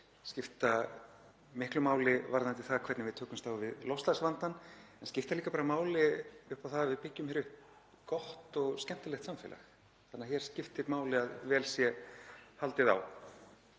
skipta miklu máli varðandi það hvernig við tökumst á við loftslagsvandann en skipta líka máli upp á það að við byggjum upp gott og skemmtilegt samfélag. Það skiptir því máli að hér sé vel haldið á